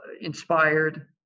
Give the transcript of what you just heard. inspired